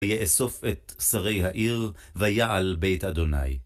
ויאסוף את שרי העיר, ויעל בית ה׳.